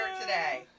today